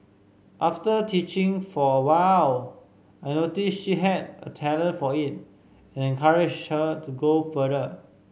after teaching for a while I noticed she had a talent for it and encouraged her to go further